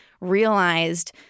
realized